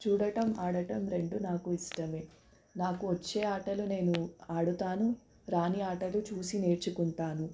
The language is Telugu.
చూడటం ఆడటం రెండూ నాకు ఇష్టమే నాకు వచ్చే ఆటలు నేను ఆడతాను రాని ఆటలు చూసి నేర్చుకుంటాను